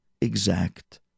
exact